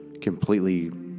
completely